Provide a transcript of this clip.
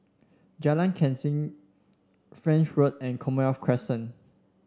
Jalan Kechil French Road and Commonwealth Crescent